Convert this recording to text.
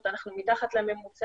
אנחנו שואלים שאלות מאוד נוקבות.